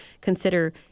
consider